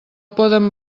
poden